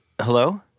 Hello